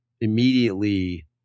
immediately